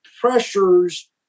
pressures